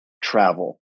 travel